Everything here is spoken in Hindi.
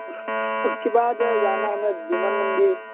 उस उसके बाद जाना है हमें देवन मंदिर